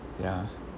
ya